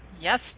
Yes